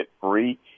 free